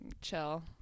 chill